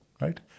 right